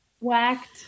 whacked